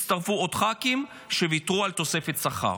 הצטרפו עוד ח"כים שוויתרו על תוספת שכר.